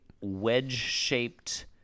wedge-shaped